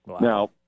Now